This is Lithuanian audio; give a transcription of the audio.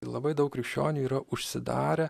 labai daug krikščionių yra užsidarę